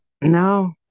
no